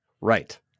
Right